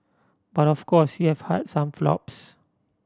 but of course you have had some flops